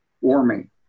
warming